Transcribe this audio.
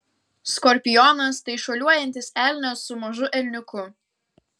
skorpionas tai šuoliuojantis elnias su mažu elniuku